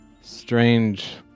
strange